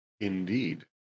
Indeed